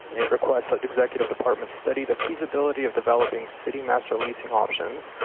it request executive departments study the feasibility of developing city master leasing options.